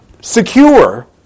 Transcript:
secure